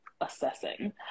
assessing